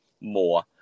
more